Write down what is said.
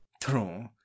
true